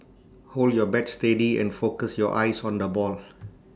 hold your bat steady and focus your eyes on the ball